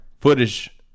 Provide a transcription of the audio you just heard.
footage